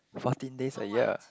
fourteen days a year